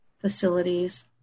facilities